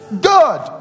Good